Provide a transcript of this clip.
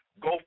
go